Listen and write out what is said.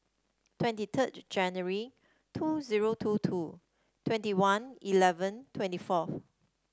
twenty third January two zero two two twenty one eleven twenty four